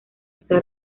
está